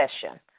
session